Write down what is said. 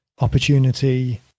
opportunity